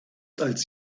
als